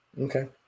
Okay